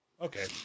Okay